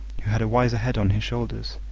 who had a wiser head on his shoulders,